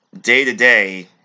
day-to-day